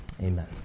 amen